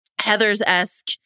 Heathers-esque